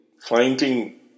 finding